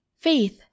Faith